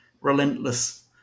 relentless